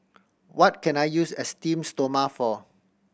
what can I use Esteem Stoma for